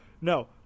No